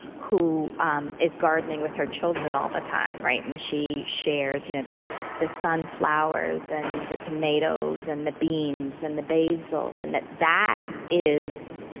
who um is gardening with her children all the time. and she shares you know the the sunflowers and the tomatoes and the beans and the basil, and that that is